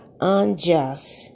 unjust